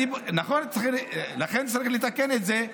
נכון, לכן צריך לתקן את זה.